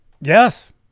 Yes